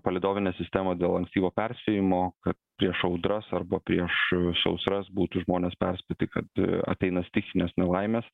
palydovinę sistemą dėl ankstyvo perspėjimo kad prieš audras arba prieš sausras būtų žmonės perspėti kad ateina stichinės nelaimės